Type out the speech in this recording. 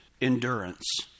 endurance